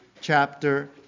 chapter